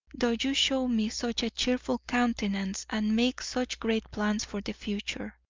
though you show me such a cheerful countenance and make such great plans for the future.